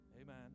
Amen